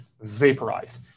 vaporized